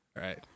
right